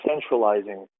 centralizing